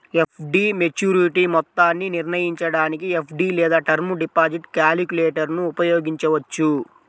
FD maturity మొత్తాన్ని నిర్ణయించడానికి FD లేదా టర్మ్ డిపాజిట్ క్యాలిక్యులేటర్ను ఉపయోగించవచ్చు